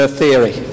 theory